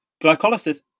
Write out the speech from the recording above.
glycolysis